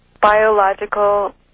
biological